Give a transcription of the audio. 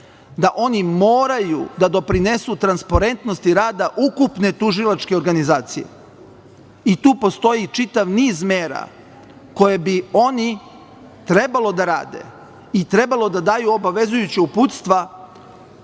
da oni moraju da doprinesu transparentnosti rada ukupne tužilačke organizacije. Tu postoji čitav niz mera koje bi oni trebalo da rade i trebalo da daju obavezujuća uputstva